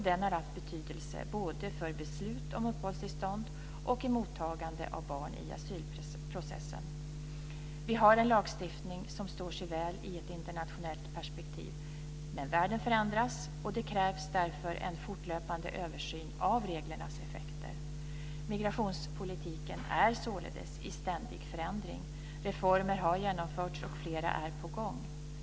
Den har haft betydelse både för beslut om uppehållstillstånd och i mottagande av barn i asylprocessen. Vi har en lagstiftning som står sig väl i ett internationellt perspektiv. Men världen förändras, och det krävs därför en fortlöpande översyn av reglernas effekter. Migrationspolitiken är således i ständig förändring. Reformer har genomförts och flera är på gång.